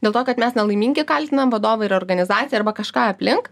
dėl to kad mes nelaimingi kaltinam vadovą ir organizaciją arba kažką aplink